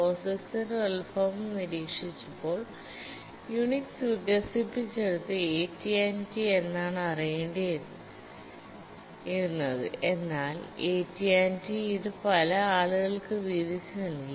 POSIXന്റെ ഉത്ഭവം നിരീക്ഷിച്ചപ്പോൾ യുണിക്സ് വികസിപ്പിച്ചെടുത്തത് AT T എന്നാണ് അറിയേണ്ടി ഇരുന്നത് എന്നാൽ AT T ഇത് പല ആളുകൾക്കു വീതിച്ചു നൽകി